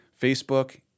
Facebook